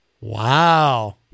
Wow